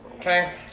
Okay